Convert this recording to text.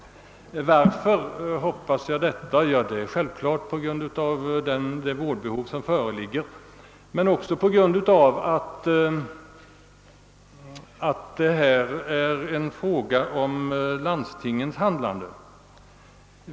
Denna förhoppning hyste jag självfallet därför att vårdbehovet är så stort men också därför att det i så betydande omfattning gäller landstingens handlande.